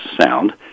sound